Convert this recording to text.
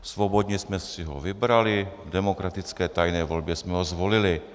Svobodně jsme si ho vybrali, v demokratické tajné volbě jsme ho zvolili.